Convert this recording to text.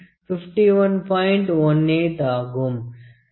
18 ஆகும்